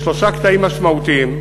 יש שלושה קטעים משמעותיים,